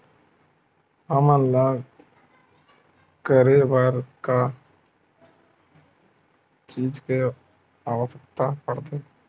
हमन ला करे बर का चीज के आवश्कता परथे?